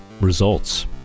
Results